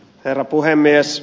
herra puhemies